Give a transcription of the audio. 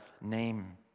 name